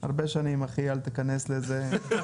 הרבה שנים אחי, אל תיכנס לזה.